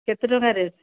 କେତେ ଟଙ୍କା ରେଟ